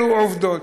אלו העובדות.